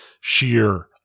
sheer